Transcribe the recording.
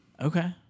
Okay